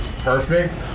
perfect